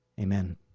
Amen